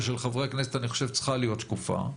ושל חברי הכנסת אני חושב שצריכה להיות שקופה.